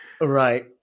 right